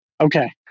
Okay